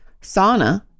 Sauna